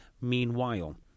Meanwhile